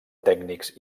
tècnics